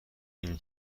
این